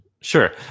Sure